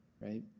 Right